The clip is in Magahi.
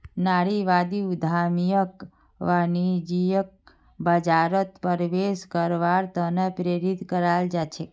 नारीवादी उद्यमियक वाणिज्यिक बाजारत प्रवेश करवार त न प्रेरित कराल जा छेक